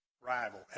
rival